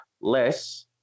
less